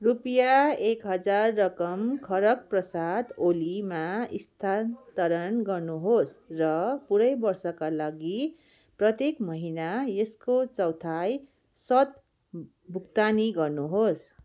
रुपियाँ एक हजार रकम खड्ग प्रसाद ओलीमा स्थानान्तरण गर्नुहोस् र पुरै वर्षका लागि प्रत्येक महिना यसको चौथाइ स्वत भुक्तानी गर्नुहोस्